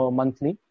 monthly